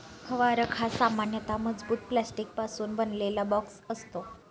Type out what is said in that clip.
फवारक हा सामान्यतः मजबूत प्लास्टिकपासून बनवलेला बॉक्स असतो